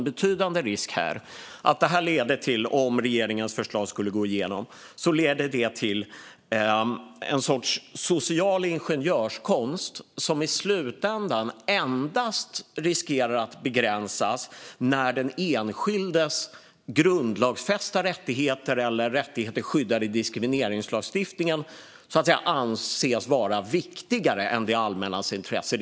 Om regeringens förslag går igenom ser jag en betydande risk för att det ska leda till en sorts social ingenjörskonst som i slutändan endast riskerar att begränsas när den enskildes grundlagsfästa rättigheter eller rättigheter skyddade i diskrimineringslagstiftningen anses vara viktigare än det allmännas intresse.